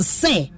say